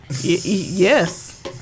Yes